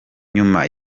nyuma